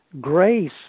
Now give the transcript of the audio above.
Grace